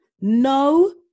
no